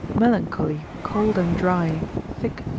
melancholy, cold and dry, thick,